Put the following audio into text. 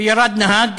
וירד נהג